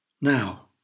Now